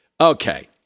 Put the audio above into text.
Okay